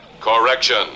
Correction